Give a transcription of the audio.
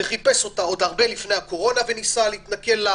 הוא חיפש אותה עוד הרבה לפני הקורונה וניסה להתנכל לה.